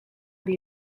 die